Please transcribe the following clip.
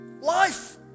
life